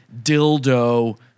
Dildo